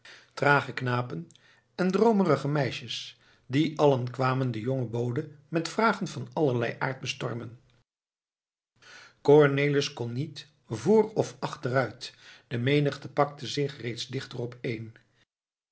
trage knapen en droomerige meisjes die allen kwamen den jongen bode met vragen van allerlei aard bestormen cornelis kon niet voor of achteruit de menigte pakte zich steeds dichter opeen